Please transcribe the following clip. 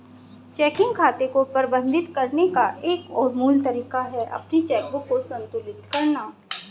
checking खाते को प्रबंधित करने का एक मूल तरीका है अपनी चेकबुक को संतुलित करना